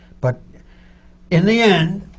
but in the end,